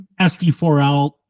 SD4L